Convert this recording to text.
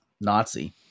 Nazi